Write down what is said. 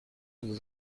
vous